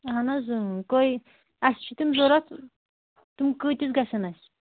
اہن حظ کٔہِے اَسہِ چھِ تِم ضروٗرت تِم کۭتِس گژھان اَسہِ